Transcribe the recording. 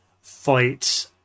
fight